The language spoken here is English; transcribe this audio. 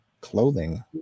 clothing